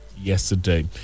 yesterday